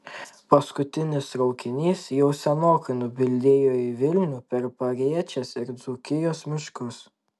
paskutinis traukinys jau senokai nubildėjo į vilnių per pariečės ir dzūkijos miškus